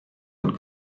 und